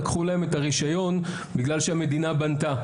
לקחו להם את הרישיון בגלל שהמדינה בנתה,